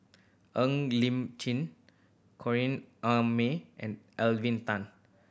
Ng Li Chin Corrinne May and Elvin Tan